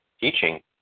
teaching